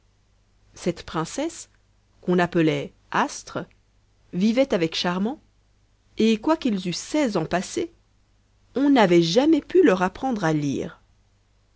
cette princesse qu'on appelait astre vivait avec charmant et quoiqu'ils eussent seize ans passés on n'avait jamais pu leur apprendre à lire